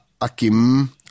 akim